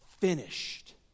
finished